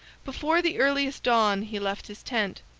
before the earliest dawn he left his tent,